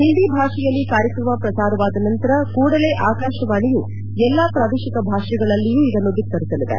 ಒಂದಿ ಭಾಷೆಯಲ್ಲಿ ಕಾರ್ಯಕ್ರಮ ಪ್ರಸಾರವಾದ ನಂತರ ಕೂಡಲೇ ಆಕಾಶವಾಣಿಯು ಎಲ್ಲ ಪ್ರಾದೇಹಿಕ ಭಾಷೆಗಳಲ್ಲಿಯೂ ಇದನ್ನು ಭಿತ್ತರಿಸಲಿದೆ